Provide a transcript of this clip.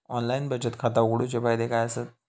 Online बचत खाता उघडूचे फायदे काय आसत?